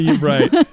Right